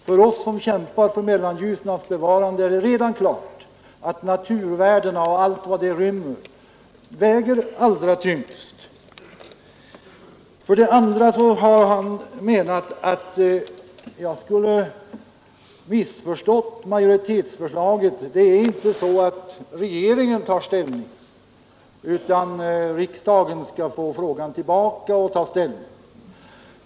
För oss som kämpar för Mellanljusnans bevarande är det redan klart att naturvärdena och allt vad de rymmer väger allra tyngst. Vidare vill herr Nordgren göra gällande att jag skulle ha missförstått majoritetsförslaget; det är inte så, menar herr Nordgren, att regeringen tar ställning utan att riksdagen skall få frågan tillbaka för ställningstagande.